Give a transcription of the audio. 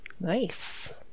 nice